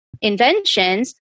inventions